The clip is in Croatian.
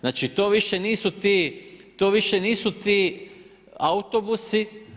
Znači to više nisu ti, to više nisu ti autobusi.